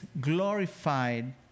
glorified